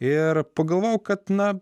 ir pagalvojau kad na